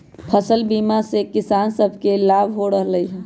फसल बीमा से किसान सभके लाभ हो रहल हइ